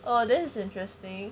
oh this is interesting